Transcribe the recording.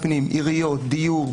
עשינו את המיפוי של כמות עבירות,